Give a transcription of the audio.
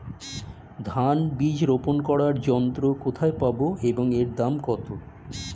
ধান বীজ রোপন করার যন্ত্র কোথায় পাব এবং এর দাম কত?